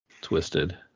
Twisted